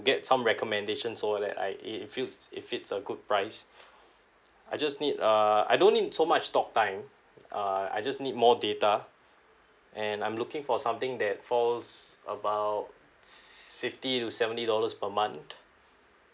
get some recommendations over that I it it feels if it's a good price I just need uh I don't need so much talk time uh I just need more data and I'm looking for something that falls about fifty to seventy dollars per month